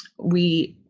we,